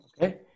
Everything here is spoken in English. Okay